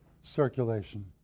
circulation